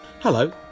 Hello